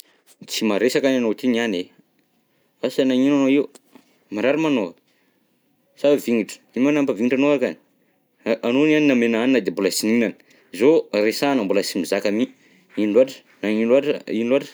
Tsy maresaka any agnao ty niany e, asa nagnino agnao io? Marary moa agnao sa vignitra? Ino moa nampavignitra anao akany? Anao niany nomena hanina de mbola sy nihinana, zao resahana mbola sy mizaka mi! Ino loatra, nagnino loatra, ino loatra?